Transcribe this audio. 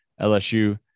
LSU